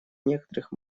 некоторых